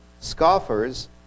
scoffers